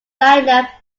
lineup